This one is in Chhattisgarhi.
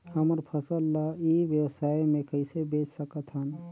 हमर फसल ल ई व्यवसाय मे कइसे बेच सकत हन?